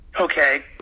Okay